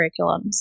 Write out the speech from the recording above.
curriculums